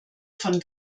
von